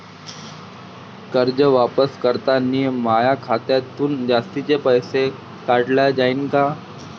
कर्ज वापस करतांनी माया खात्यातून जास्तीचे पैसे काटल्या जाईन का?